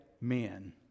men